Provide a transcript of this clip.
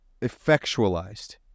effectualized